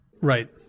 Right